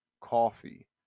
coffee